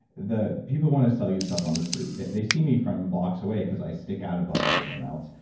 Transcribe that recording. the people want to sell yourself on the street, they they see me from box away because i stick out above everyone else.